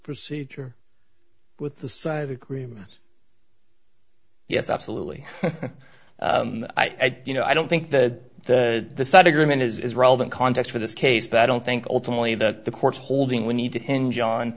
procedure with the side of agreement yes absolutely i do you know i don't think that the side agreement is relevant context for this case but i don't think ultimately that the court's holding we need to hinge on